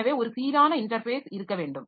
எனவே ஒரு சீரான இன்டர்ஃபேஸ் இருக்க வேண்டும்